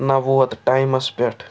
نہَ ووت ٹایمَس پٮ۪ٹھ